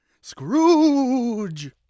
Scrooge